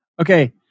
Okay